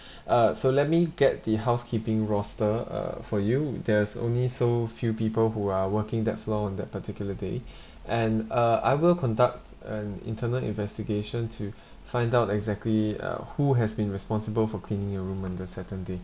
uh so let me get the housekeeping roster uh for you there's only so few people who are working that floor on that particular day and uh I will conduct an internal investigation to find out exactly uh who has been responsible for cleaning your room on the saturday